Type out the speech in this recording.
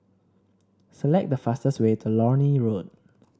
select the fastest way to Lornie Road